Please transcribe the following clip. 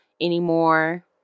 anymore